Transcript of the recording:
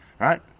right